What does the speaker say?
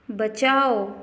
बचाओ